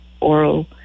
oral